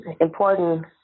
important